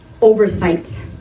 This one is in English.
oversight